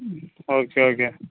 ம் okay okay